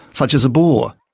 such as a bore.